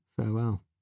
farewell